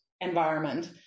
environment